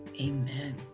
Amen